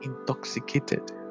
intoxicated